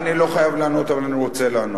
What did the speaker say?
אני לא חייב לענות, אבל אני רוצה לענות.